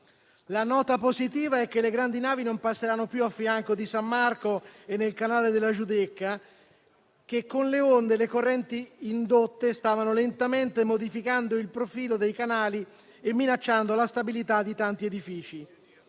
La nota positiva è che le grandi navi non passeranno più a fianco di San Marco e nel canale della Giudecca, perché le onde e le correnti indotte stavano lentamente modificando il profilo dei canali e minacciando la stabilità di tanti edifici.